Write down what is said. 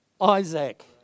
Isaac